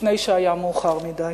לפני שהיה מאוחר מדי.